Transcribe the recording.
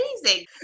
amazing